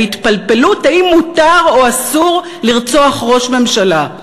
ההתפלפלות האם מותר או אסור לרצוח ראש ממשלה,